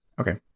okay